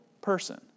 person